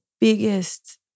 biggest